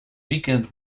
weekend